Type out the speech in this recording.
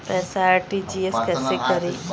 पैसा आर.टी.जी.एस कैसे करी?